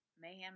mayhem